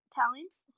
talents